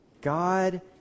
God